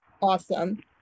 awesome